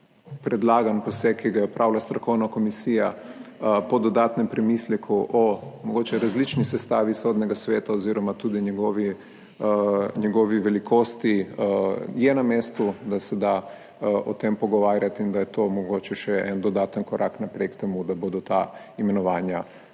predlagani poseg, ki ga je opravila strokovna komisija po dodatnem premisleku o mogoče različni sestavi Sodnega sveta oziroma tudi njegovi velikosti, na mestu, da se da o tem pogovarjati in da je to mogoče še en dodaten korak naprej k temu, da bodo ta imenovanja